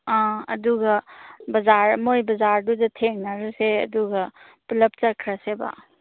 ꯑꯥ ꯑꯗꯨꯒ ꯕꯖꯥꯔ ꯃꯣꯏ ꯕꯖꯥꯔꯗꯨꯗ ꯊꯦꯡꯅꯔꯁꯦ ꯑꯗꯨꯒ ꯄꯨꯂꯞ ꯆꯠꯈ꯭ꯔꯁꯦꯕ